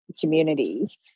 communities